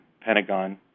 Pentagon